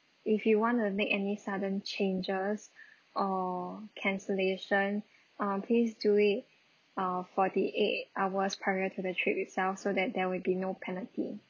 if you want to make any sudden changes or cancellation um please do it uh forty eight hours prior to the trip itself so that there will be no penalty